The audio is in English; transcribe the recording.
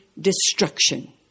destruction